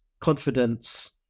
confidence